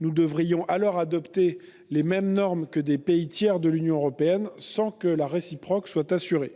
Nous devrions alors adopter les mêmes normes que des pays tiers de l'Union européenne, sans que la réciproque soit assurée.